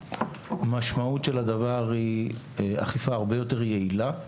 ושהמשמעות של הדבר היא אכיפה הרבה יותר יעילה,